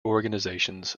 organizations